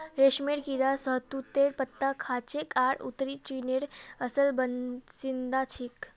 रेशमेर कीड़ा शहतूतेर पत्ता खाछेक आर उत्तरी चीनेर असल बाशिंदा छिके